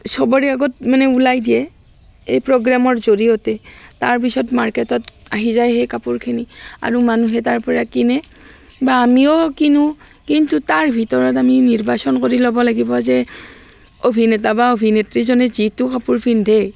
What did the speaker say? চবৰে আগত মানে ওলাই দিয়ে এই প্ৰগ্ৰেমৰ জৰিয়তে তাৰপিছত মাৰ্কেটত আহি যায় সেই কাপোৰখিনি আৰু মানুহে তাৰ পৰা কিনে বা আমিও কিনোঁ কিন্তু তাৰ ভিতৰত আমি নিৰ্বাচন কৰি ল'ব লাগিব যে অভিনেতা বা অভিনেত্ৰীজনে যিটো কাপোৰ পিন্ধে